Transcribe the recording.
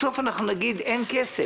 בסוף אנחנו נגיד אין כסף.